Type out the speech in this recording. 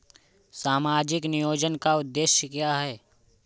सामाजिक नियोजन का उद्देश्य क्या है?